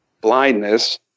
blindness